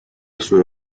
sue